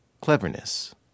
Cleverness